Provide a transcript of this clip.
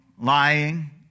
lying